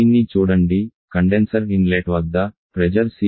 దీన్ని చూడండి condenser inlet వద్ద ప్రెజర్ 0